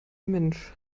mensch